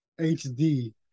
hd